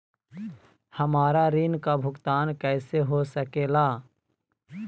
हमरा ऋण का भुगतान कैसे हो सके ला?